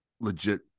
legit